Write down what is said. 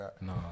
No